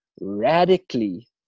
radically